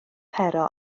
pero